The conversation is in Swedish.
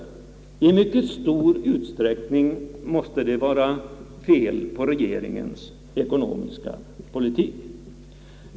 Det måste i stor utsträckning vara fel på regeringens ekonomiska politik.